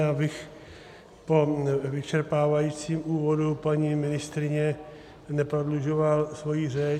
Já bych po vyčerpávajícím úvodu paní ministryně neprodlužoval svoji řeč.